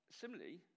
Similarly